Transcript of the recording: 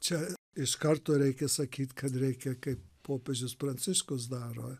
čia iš karto reikia sakyt kad reikia kaip popiežius pranciškus daro